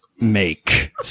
make